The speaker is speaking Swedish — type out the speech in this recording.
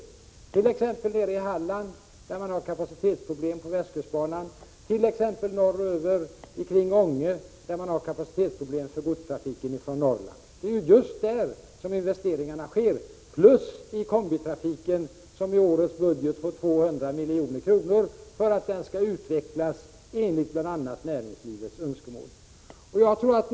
Det är t.ex. nere i Halland där man har kapacitetsproblem på västkustbanan och norröver kring Ånge där man har kapacitetsproblem när det gäller godstrafiken från Norrland. Det är just i dessa områden som investeringarna görs. Investeringar sker också på kombitrafikens område, som i årets budget har fått 200 milj.kr. för att kunna utvecklas enligt bl.a. näringslivets önskemål.